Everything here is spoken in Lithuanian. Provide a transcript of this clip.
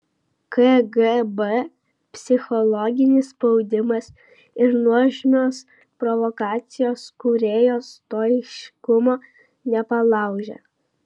kgb psichologinis spaudimas ir nuožmios provokacijos kūrėjo stoiškumo nepalaužė